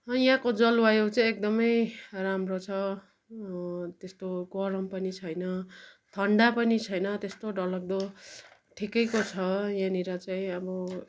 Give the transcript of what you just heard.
यहाँको जलवायु चाहिँ एकदमै राम्रो छ त्यस्तो गरम पनि छैन ठन्डा पनि छैन त्यस्तो डरलाग्दो ठिकैको छ यहाँनिर चाहिँ अब